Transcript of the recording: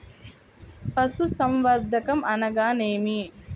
పశుసంవర్ధకం అనగానేమి?